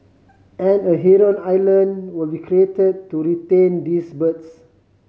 and a heron island will be created to retain these birds